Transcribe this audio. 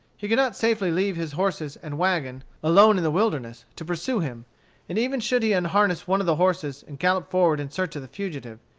he could not safely leave his horses and wagon alone in the wilderness, to pursue him and even should he unharness one of the horses and gallop forward in search of the fugitive,